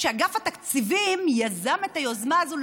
אגף התקציבים יזם את היוזמה הזו,